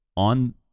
on